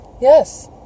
Yes